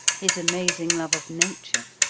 his amazing love of nature,